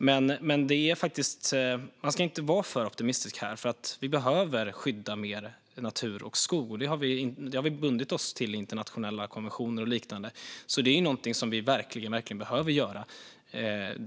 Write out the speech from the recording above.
Vi ska inte vara för optimistiska här, för vi behöver skydda mer natur och skog. Det har vi förbundit oss till i internationella konventioner och liknande, så det är någonting som vi verkligen behöver göra.